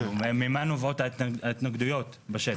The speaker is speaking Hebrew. ממה נובעות ההתנגדויות בשטח.